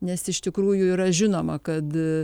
nes iš tikrųjų yra žinoma kad